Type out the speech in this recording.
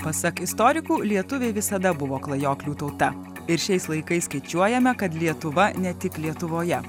pasak istorikų lietuviai visada buvo klajoklių tauta ir šiais laikais skaičiuojame kad lietuva ne tik lietuvoje